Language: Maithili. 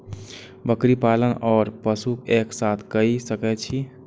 बकरी पालन ओर पशु एक साथ कई सके छी?